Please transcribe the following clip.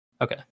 Okay